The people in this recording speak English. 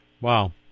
Wow